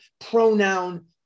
pronoun